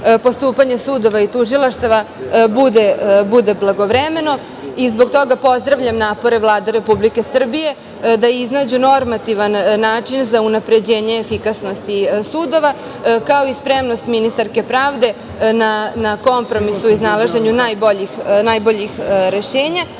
postupanje sudova i tužilaštava bude blagovremeno. Zbog toga pozdravljam napore Vlade Republike Srbije da iznađu normativan način za unapređenje efikasnosti sudova, kao i spremnost ministarke pravde na kompromis u iznalaženju najboljih rešenja. Imala